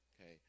Okay